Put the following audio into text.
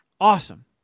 Awesome